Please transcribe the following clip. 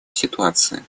ситуации